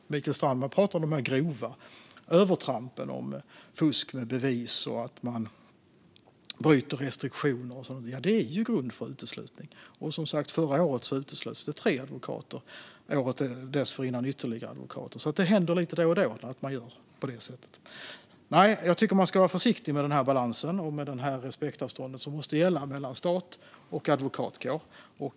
Mikael Strandman pratar om grova övertramp, som fusk med bevis och brott mot restriktioner, och de är grund för uteslutning. Förra året uteslöts det som sagt tre advokater. Även året dessförinnan uteslöts advokater. Detta händer alltså lite då och så. Jag tycker att man ska vara försiktig med denna balans. Ett respektavstånd måste gälla mellan stat och advokatkår.